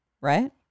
Right